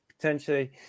potentially